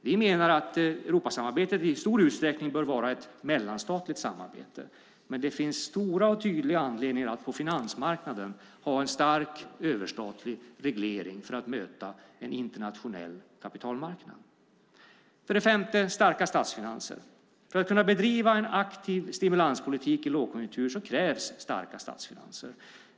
Vi menar att Europasamarbetet i stor utsträckning bör vara ett mellanstatligt samarbete, men det finns stora och tydliga anledningar att på finansmarknaden ha en stark överstatlig reglering för att möta en internationell kapitalmarknad. För det femte: starka statsfinanser. För att kunna bedriva en aktiv stimulanspolitik i lågkonjunktur krävs starka statsfinanser.